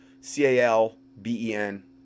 C-A-L-B-E-N